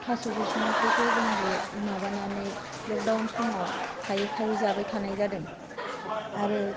थास' बिसंखौथ' जोंबो माबानानै लकदाउन समाव खायै खायै जाबाय थानाय जादों आरो